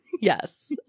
Yes